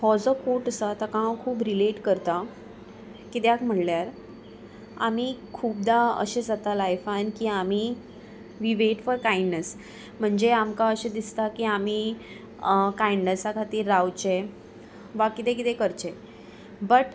हो जो कोट आसा ताका हांव खूब रिलेट करतां कित्याक म्हणल्यार आमी खुबदा अशें जाता लायफान की आमी वी वेट फॉर क कायडनेस म्हणजे आमकां अशें दिसता की आमी कायडनेसा खातीर रावचे वा कितें किदं करचें बट